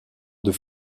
deux